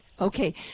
Okay